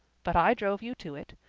but i drove you to it.